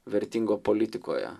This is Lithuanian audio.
vertingo politikoje